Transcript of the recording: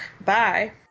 Bye